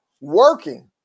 working